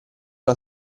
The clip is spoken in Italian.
una